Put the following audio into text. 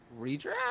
redraft